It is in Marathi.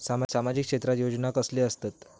सामाजिक क्षेत्रात योजना कसले असतत?